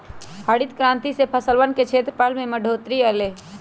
हरित क्रांति से फसलवन के क्षेत्रफल में बढ़ोतरी अई लय